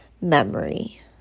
Memory